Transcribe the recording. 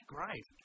Great